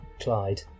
Clyde